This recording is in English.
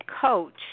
coach